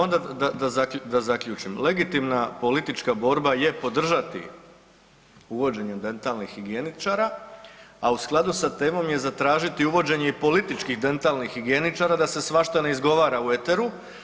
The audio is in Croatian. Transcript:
Onda da zaključim, legitimna politička borba je podržati uvođenje dentalnih higijeničara, a u skladu sa temom je zatražiti uvođenje i političkih dentalnih higijeničara da se svašta ne izgovara u eteru.